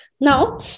Now